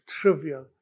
trivial